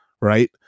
right